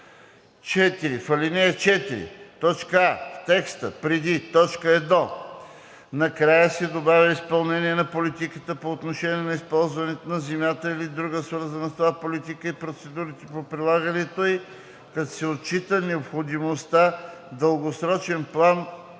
а) в текста преди т. 1 накрая се добавя „изпълнение на политиката по отношение на използването на земята или друга свързана с това политика и процедурите за прилагането ѝ, като се отчита необходимостта в дългосрочен план